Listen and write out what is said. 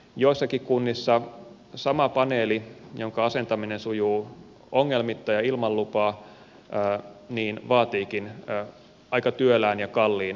joissakin kunnissa sama paneeli jonka asentaminen sujuu ongelmitta ja ilman lupaa vaatiikin aika työlään ja kalliin hallinnollisen prosessin